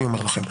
אני אומר לכם.